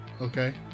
Okay